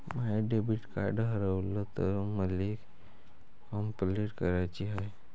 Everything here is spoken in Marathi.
माय डेबिट कार्ड हारवल तर मले कंपलेंट कराची हाय